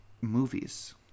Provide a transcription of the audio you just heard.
movies